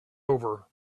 over